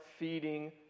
feeding